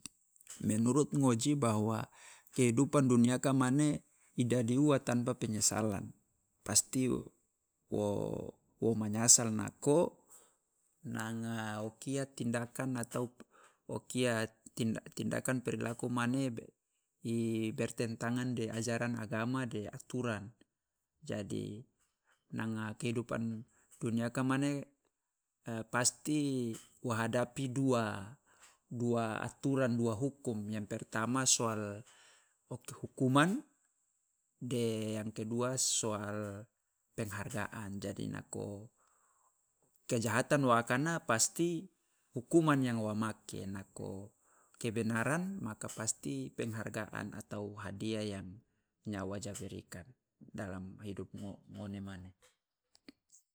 Menurut ngoji bahwa kehidupan duniaka mane i dadi ua tanpa penyesalan, pasti wo wo manyasal nako nanga o kia tindakan atau o kia tinda tindakan perilaku mane be- i bertentangan de ajaran agama de aturan jadi nanga kehidupan duniaka mane pasti wa hadapi dua dua aturan dua hukum, yang pertama soal o hukuman de yang kedua soal penghargaan, jadi nako kejahatan wa akana pasti hukuman yang wa make nako kebenaran maka penghargaan atau hadiah yang nyawa ja berikan dalam hidup ngo- ngone mane.